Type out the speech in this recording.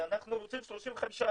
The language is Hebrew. אנחנו רוצים 35%,